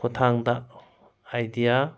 ꯈꯨꯊꯥꯡꯗ ꯑꯥꯏꯗꯤꯌꯥ